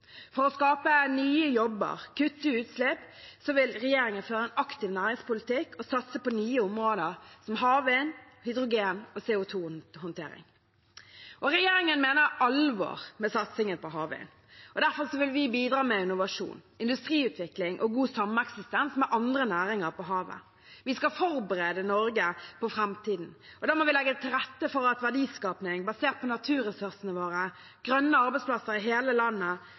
For å skape nye jobber og kutte utslipp vil regjeringen føre en aktiv næringspolitikk og satse på nye områder som havvind, hydrogen og CO 2 -håndtering. Regjeringen mener alvor med satsingen på havvind. Derfor vil vi bidra med innovasjon, industriutvikling og god sameksistens med andre næringer på havet. Vi skal forberede Norge på framtiden, og da må vi legge til rette for verdiskapning basert på naturressursene våre, grønne arbeidsplasser i hele landet